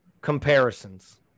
comparisons